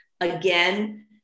Again